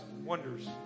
wonders